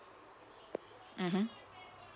mmhmm